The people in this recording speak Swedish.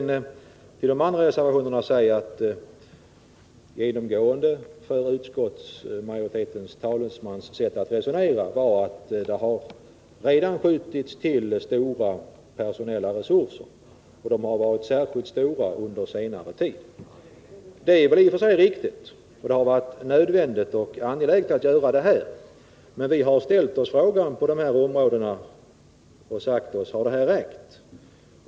Beträffande övriga reservationer är det genomgående i utskottstalesmannens sätt att resonera att han påpekar att det redan har skjutits till stora personella resurser och att de varit särskilt stora under senare tid. Det är i och för sig riktigt, och det har varit nödvändigt och angeläget att göra detta. Vi har då ställt frågan: Har detta räckt?